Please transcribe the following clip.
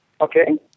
Okay